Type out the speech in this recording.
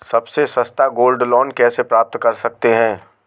सबसे सस्ता gold loan कैसे प्राप्त कर सकते हैं?